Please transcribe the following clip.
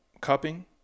cupping